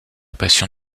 passion